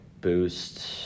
boost